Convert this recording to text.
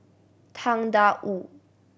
Tang Da Wu